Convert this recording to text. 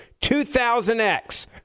2000X